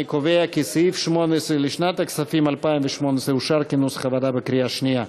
אני קובע כי סעיף 18 לשנת הכספים 2018 אושר כנוסח הוועדה בקריאה שנייה.